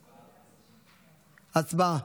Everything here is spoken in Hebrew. הצבעה.